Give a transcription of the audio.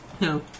No